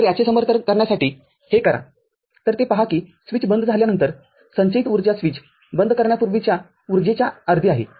तरयाचे समर्थन करण्यासाठी हे करा तरहे पहा कि स्विच बंद झाल्यानंतर संचयित ऊर्जा स्विच बंद करण्यापूर्वीच्या ऊर्जेच्या अर्धी आहे